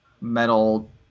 metal